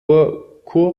kurköln